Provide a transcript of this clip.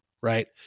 right